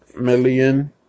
million